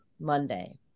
Monday